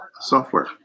software